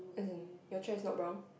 as in your chair is not brown